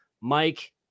Mike